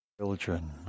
children